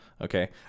okay